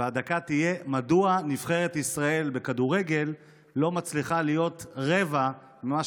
והדקה תוקדש לשאלה מדוע נבחרת ישראל בכדורגל לא מצליחה להיות רבע ממה